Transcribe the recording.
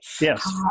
Yes